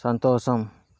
సంతోషం